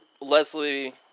Leslie